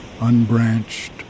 unbranched